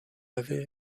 avait